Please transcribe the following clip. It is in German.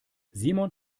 simon